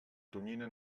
tonyina